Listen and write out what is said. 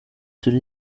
turya